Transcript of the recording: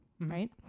right